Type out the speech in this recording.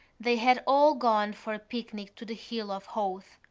they had all gone for a picnic to the hill of howth.